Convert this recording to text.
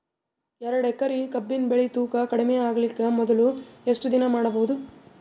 ಎರಡೇಕರಿ ಕಬ್ಬಿನ್ ಬೆಳಿ ತೂಕ ಕಡಿಮೆ ಆಗಲಿಕ ಮೊದಲು ಎಷ್ಟ ದಿನ ಇಡಬಹುದು?